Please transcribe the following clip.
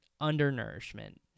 undernourishment